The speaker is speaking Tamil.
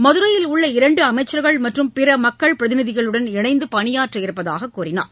மதுரையில் உள்ள இரண்டு அமைச்சர்கள் மற்றும் பிற மக்கள் பிரதிநிதிகளுடன் இணைந்து பணியாற்ற இருப்பதாகக் கூறினார்